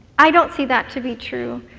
i don't see that to be true,